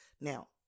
now